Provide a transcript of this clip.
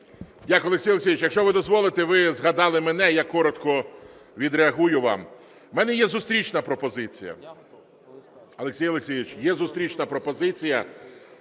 Дякую. Олексію Олексійовичу, якщо ви дозволите, ви згадали мене, я коротко відреагую вам. В мене є зустрічна пропозиція.